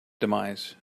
demise